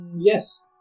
Yes